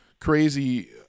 crazy